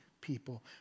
people